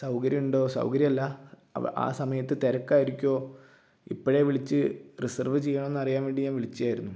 സൗകര്യമുണ്ടോ അല്ല അവ ആ സമയത്ത് തിരക്കായിരിക്കുമോ ഇപ്പോഴേ വിളിച്ച് റിസര്വ്വ് ചെയ്യണമോയെന്ന് അറിയാന് വേണ്ടി വിളിച്ചതായിരുന്നു